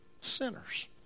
sinners